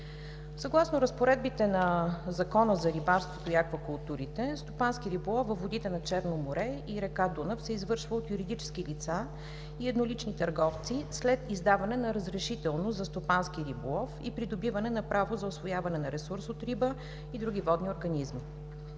Съгласно разпоредбите на Закона за рибарството и аквакултурите, стопански риболов във водите на Черно море и река Дунав се извършва от юридически лица и еднолични търговци след издаване на разрешително за стопански риболов и придобиване на право за усвояване на ресурс от риба и други водни организми.